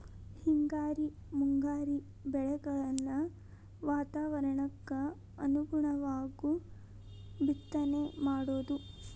ಹಿಂಗಾರಿ ಮುಂಗಾರಿ ಬೆಳೆಗಳನ್ನ ವಾತಾವರಣಕ್ಕ ಅನುಗುಣವಾಗು ಬಿತ್ತನೆ ಮಾಡುದು